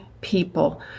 people